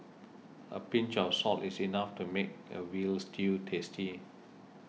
a pinch of salt is enough to make a Veal Stew tasty